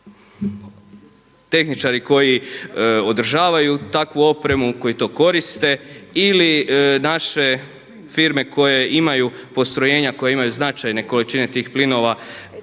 tehničari koji održavaju takvu opremu, koji to koriste ili naše firme koje imaju postrojenja, koje imaju značajne količine tih plinova